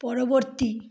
পরবর্তী